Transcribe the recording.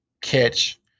catch